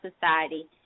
society